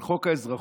על חוק האזרחות?